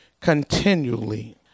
continually